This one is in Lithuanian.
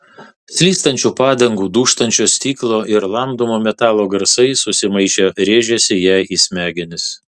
slystančių padangų dūžtančio stiklo ir lamdomo metalo garsai susimaišę rėžėsi jai į smegenis